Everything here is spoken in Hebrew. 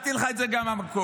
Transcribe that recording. וצעקתי לך את זה גם מהמקום,